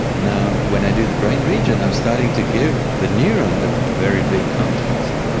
now, when i do the brain region i'm starting to give the neuron a very big context.